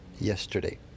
yesterday